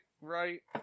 right